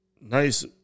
nice